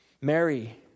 Mary